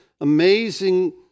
amazing